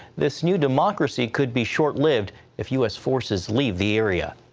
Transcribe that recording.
this new democracy could be short lived if u s. forces leave the area.